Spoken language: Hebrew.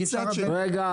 מצד שני,